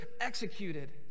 executed